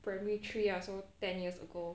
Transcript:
primary three ah so ten years ago